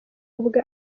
ubwe